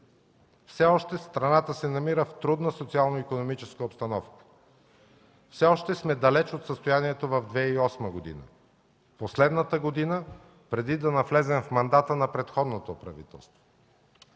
Все още страната се намира в трудна социално-икономическа обстановка. Все още сме далеч от състоянието в 2008 г. – последната година, преди да навлезем в мандата на предходното правителство.